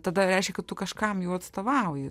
tada reiškia kad tu kažkam jau atstovauji